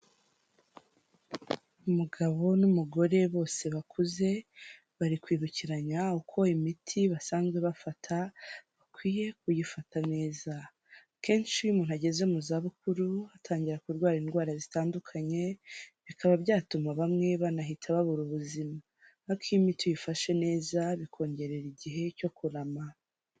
Umugabo n' ignore bose bakuze bari kwibukiranya, uko imiti basanzwe bafata bakwiye kuyifata neza. Kenshin iyo umunyu ageze muzabukuru ,atangira kurwara indwara indwara zitandukanye ,bikaba byatuma bamwe bahita babura buzima, ariko iyo uyifashe neza bikongerera igihe cyo kurama.